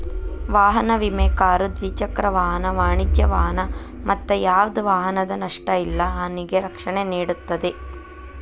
ವಾಹನ ವಿಮೆ ಕಾರು ದ್ವಿಚಕ್ರ ವಾಹನ ವಾಣಿಜ್ಯ ವಾಹನ ಮತ್ತ ಯಾವ್ದ ವಾಹನದ ನಷ್ಟ ಇಲ್ಲಾ ಹಾನಿಗೆ ರಕ್ಷಣೆ ನೇಡುತ್ತದೆ